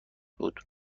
بود